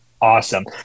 awesome